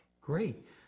Great